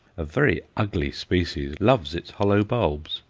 a very ugly species loves its hollow bulbs,